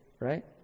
right